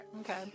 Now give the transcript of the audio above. Okay